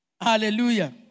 Hallelujah